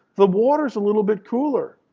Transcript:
the water's a little bit cooler.